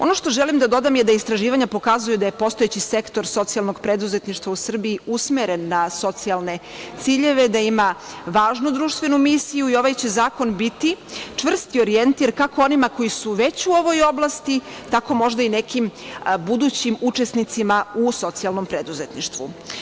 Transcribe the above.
Ono što želim da dodam je da istraživanja pokazuju da je postojeći Sektor socijalnog preduzetništva u Srbiji, usmeren na socijalne ciljeve, da ima važnu društvenu misiju i ovaj će zakon biti čvrst orjentir kako onima koji su već u ovoj oblasti, tako možda i nekim budućim učesnicima u socijalnom preduzetništvu.